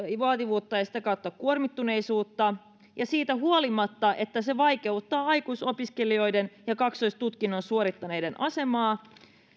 vaativuutta ja sitä kautta kuormittuneisuutta ja siitä huolimatta että se vaikeuttaa aikuisopiskelijoiden ja kaksoistutkinnon suorittavien asemaa